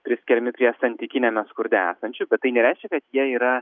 priskiriami prie santykiniame skurde esančių bet tai nereiškia kad jie yra